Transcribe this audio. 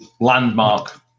landmark